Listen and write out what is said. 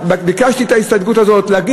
ביקשתי את ההסתייגות הזאת כדי להגיד